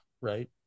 right